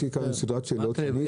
סדרת שאלות לפקידות.